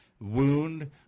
wound